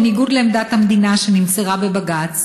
בניגוד לעמדת המדינה שנמסרה בבג"ץ